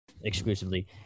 exclusively